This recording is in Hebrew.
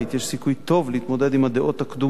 יש סיכוי טוב להתמודד עם הדעות הקדומות